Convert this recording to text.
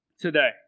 today